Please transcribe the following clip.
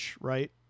right